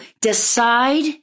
decide